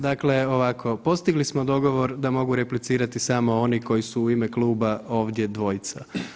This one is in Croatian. Dakle ovako, postigli smo dogovor da mogu replicirati samo oni koji su u ime kluba ovdje dvojica.